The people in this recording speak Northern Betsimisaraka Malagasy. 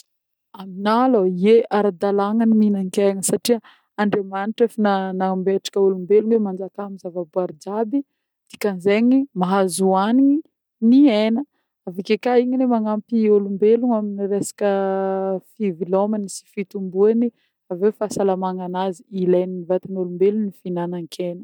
Aminah alôa, ye ara-dalagna ny mihinan-kena satria Andiamanitra efa nam-nametraka olombelogno hoe manjakà amin'ny zava-boary jiaby dikan'zegny mahazo hoanigny ny hena, avy ake igny koa igny ne magnampy olombelogno amina resaka fivelomagny sy fitomboany, avy eo fahasalamana an'azy ileny vatagn'olombelogna ny fihinanan-kena.